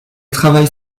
travaille